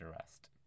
arrest